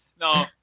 No